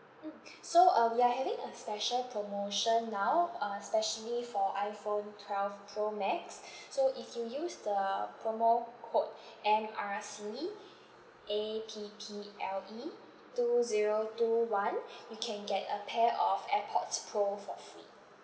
mm so uh we are having a special promotion now uh specially for iPhone twelve pro max so if you use the promo code M R C A P P L E two zero two one you can get a pair of AirPods pro for free